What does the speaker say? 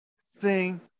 sing